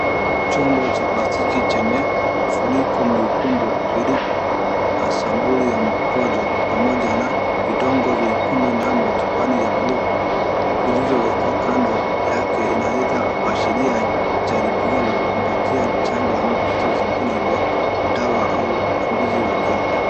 Chombo cha plastiki chenye funiko mwekundu kilichobeba sampuli ya mkojo pamoja na vidonge vyekundu na matubani ya blue vilivyowekwa kando yake inaweza kuashiria jaribio la kupatia chanjo ama kitu zingine vya dawa au uchunguzi wa kiafya.